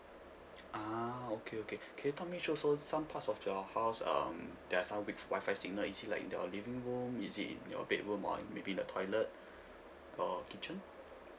ah okay okay can you talk me through so some parts of your house um there're some weak WI-FI signal is it like your living room is it in your bedroom or maybe in the toilet or kitchen